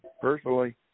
personally